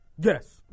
Yes